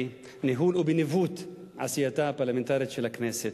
ואני בטוח שאתה תצליח בניהול ובניווט עשייתה הפרלמנטרית של הכנסת.